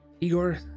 Igor